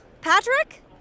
Patrick